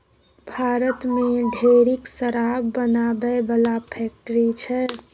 भारत मे ढेरिक शराब बनाबै बला फैक्ट्री छै